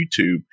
YouTube